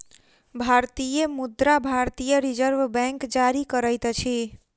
भारतीय मुद्रा भारतीय रिज़र्व बैंक जारी करैत अछि